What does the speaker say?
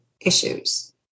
issues